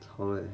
吵 leh